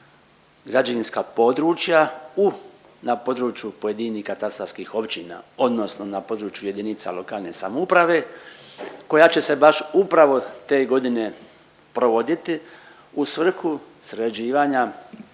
građevinska područja u, na području pojedinih katastarskih općina, odnosno na području jedinice lokalne samouprave koja će se baš upravo te godine provoditi u svrhu sređivanja